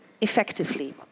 effectively